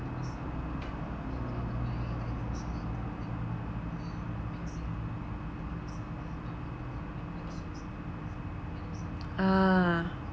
uh